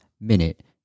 minute